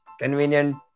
convenient